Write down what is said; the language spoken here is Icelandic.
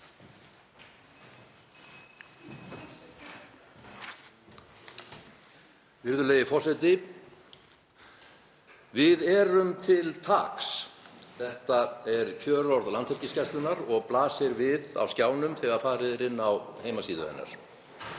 Við erum til taks. Þetta er kjörorð Landhelgisgæslunnar og blasir við á skjánum þegar farið er inn á heimasíðu hennar